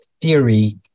theory